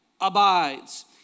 abides